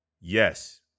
yes